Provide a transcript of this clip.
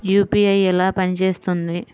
UPI ఎలా పనిచేస్తుంది?